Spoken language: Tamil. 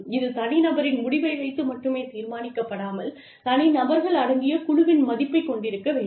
இது தனிநபரின் முடிவை வைத்து மட்டுமே தீர்மானிக்கப்படாமல் தனிநபர்கள் அடங்கிய குழுவின் மதிப்பைக் கொண்டிருக்க வேண்டும்